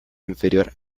inferior